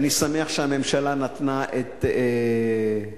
אני שמח שהממשלה נתנה את תמיכתה,